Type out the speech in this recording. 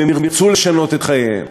אם הם ירצו לשנות את חייהם,